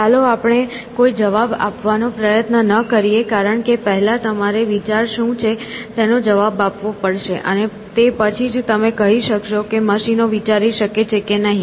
ચાલો આપણે કોઈ જવાબ આપવાનો પ્રયત્ન ન કરીએ કારણ કે પહેલા તમારે વિચાર શું છે તેનો જવાબ આપવો પડશે અને તે પછી જ તમે કહી શકો છો કે મશીનો વિચારી શકે છે કે નહીં